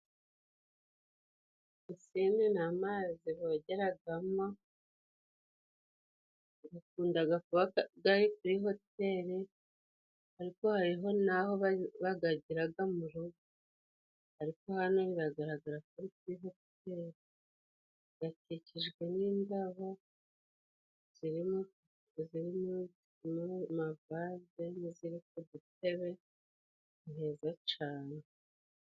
Pisine na mazi bogeragamo, gakundaga kuba gari kuri hoteli, ariko hariho naho bagagiraga mu rugo. Ariko hano, biragaragara kari kuri hoteli, gakikijwe n'indabo, zirimo ziri mu ma vaze, n’iziri ku dutebe. Ni heza cane.